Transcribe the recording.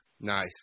Nice